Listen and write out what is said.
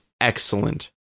excellent